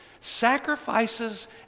Sacrifices